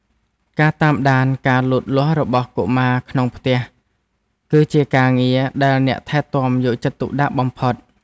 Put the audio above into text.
ការតាមដានការលូតលាស់របស់កុមារក្នុងផ្ទះ គឺជាការងារដែលអ្នកថែទាំយកចិត្តទុកដាក់បំផុត។